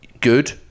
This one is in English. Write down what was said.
good